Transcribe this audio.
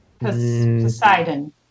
Poseidon